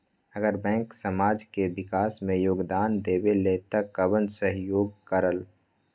अगर बैंक समाज के विकास मे योगदान देबले त कबन सहयोग करल?